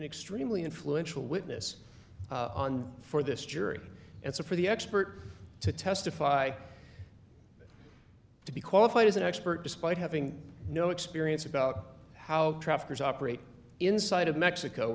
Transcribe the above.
extremely influential witness on for this jury and so for the expert to testify to be qualified as an expert despite having no experience about how traffickers operate inside of mexico